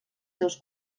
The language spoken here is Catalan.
seus